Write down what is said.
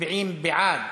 כמצביעים בעד,